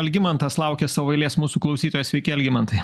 algimantas laukia savo eilės mūsų klausytojas sveiki algimantai